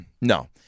No